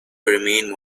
remain